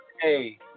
Hey